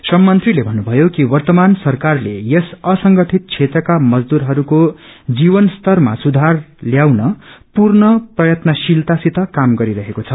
श्रमि मंत्रीले भन्नुभयो कि वर्तमान सरकारले यस असंगठित क्षेत्रका मजदुरहरूको जीवन स्तरम सुधार ल्याउन पूर्ण प्रयत्नशीलता सित काम गरिरहेको छ